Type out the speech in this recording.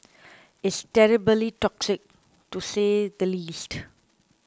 it's terribly toxic to say the least